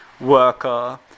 worker